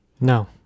no